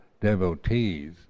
devotees